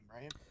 right